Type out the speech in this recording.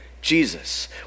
Jesus